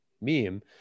meme